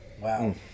wow